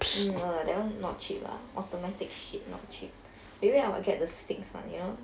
mm no lah that one not cheap lah automatic shit not cheap maybe I'll get the sticks one you know